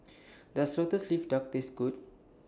Does Lotus Leaf Duck Taste Good